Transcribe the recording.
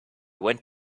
went